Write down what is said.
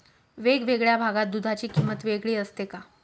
वेगवेगळ्या भागात दूधाची किंमत वेगळी असते का?